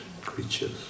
creatures